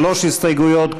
שלוש הסתייגויות,